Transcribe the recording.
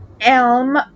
elm